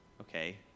Okay